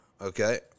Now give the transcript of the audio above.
okay